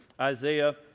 Isaiah